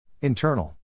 Internal